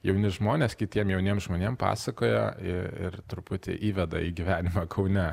jauni žmonės kitiem jauniem žmonėm pasakoja ir truputį įveda į gyvenimą kaune